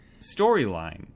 storyline